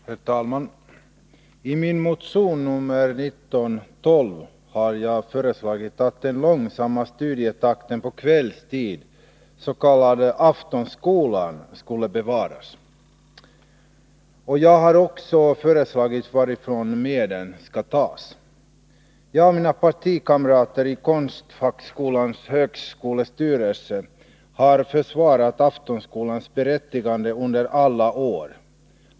Herr talman! I min motion nr 1912 har jag föreslagit att den långsamma studietakten på kvällstid, den s.k. Aftonskolan, skall bevarasvid konstfackskolan. Jag har också föreslagit varifrån medel skall tas. Jag och mina partikamrater i konstfackskolans högskolestyrelse har försvarat Aftonskolans berättigande under alla år.